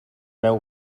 beu